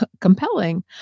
compelling